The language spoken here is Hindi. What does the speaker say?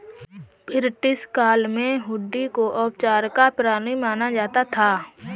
ब्रिटिश काल में हुंडी को औपचारिक प्रणाली माना जाता था